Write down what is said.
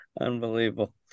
Unbelievable